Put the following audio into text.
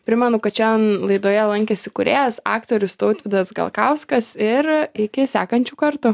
primenu kad šiandien laidoje lankėsi kūrėjas aktorius tautvydas galkauskas ir iki sekančių kartų